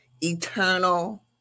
eternal